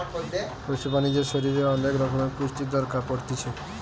পশু প্রাণীদের শরীরের অনেক রকমের পুষ্টির দরকার পড়তিছে